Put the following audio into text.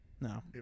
No